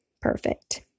perfect